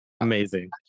Amazing